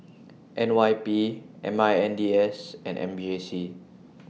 N Y P M I N D S and M J C